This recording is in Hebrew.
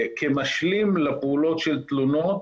כמשלים לפעולות של תלונות,